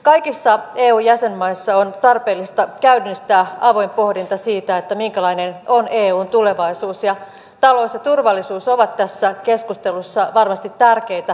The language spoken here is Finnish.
kaikissa eu jäsenmaissa on tarpeellista käynnistää avoin pohdinta siitä minkälainen on eun tulevaisuus ja talous ja turvallisuus ovat tässä keskustelussa varmasti tärkeitä puheenaiheita